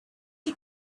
you